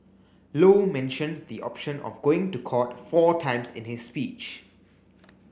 low mentioned the option of going to court four times in his speech